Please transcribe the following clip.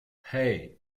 hey